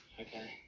Okay